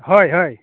হয় হয়